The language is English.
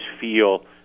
feel